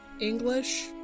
English